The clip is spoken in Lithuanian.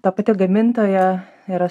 ta pati gamintoja yra